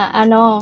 ano